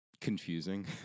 confusing